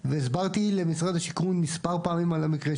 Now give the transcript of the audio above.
הביצוע היה 87 מיליון.